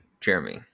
Jeremy